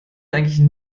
eigentlich